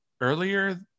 earlier